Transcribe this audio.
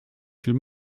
viel